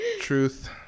Truth